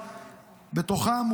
ובהם,